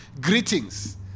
Greetings